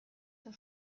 for